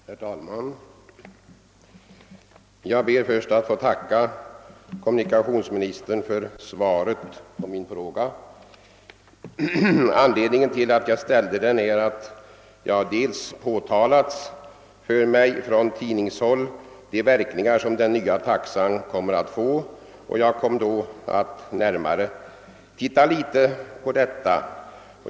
Herr talman! Jag ber först att få tacka kommunikationsministern för svaret på min fråga. En av anledningarna till att jag ställde den är att man för mig från tidningshåll påpekat de verkningar som den nya taxan kommer att få. Jag började då närmare intressera mig för detta.